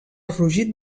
rugit